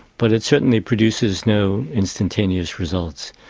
but it certainly produces no instantaneous results.